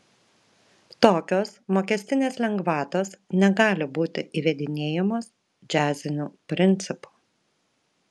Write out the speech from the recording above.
tokios mokestinės lengvatos negali būti įvedinėjamos džiaziniu principu